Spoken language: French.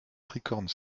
tricorne